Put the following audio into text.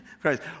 Christ